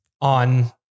on